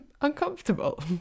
uncomfortable